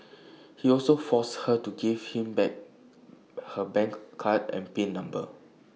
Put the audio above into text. he also forced her to give him back her bank card and pin number